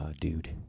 dude